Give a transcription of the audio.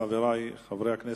חברי חברי הכנסת,